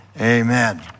Amen